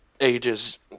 ages